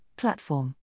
platform